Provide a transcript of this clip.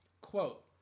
Quote